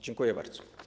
Dziękuję bardzo.